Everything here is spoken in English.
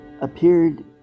appeared